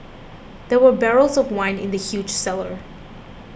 there were barrels of wine in the huge cellar